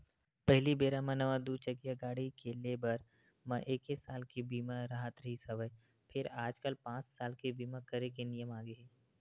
पहिली बेरा म नवा दू चकिया गाड़ी के ले बर म एके साल के बीमा राहत रिहिस हवय फेर आजकल पाँच साल के बीमा करे के नियम आगे हे